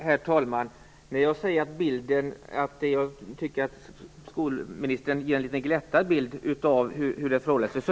Herr talman! Jag tycker alltså att skolministern ger en något glättad bild av hur det förhåller sig.